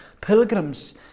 pilgrims